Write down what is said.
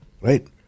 right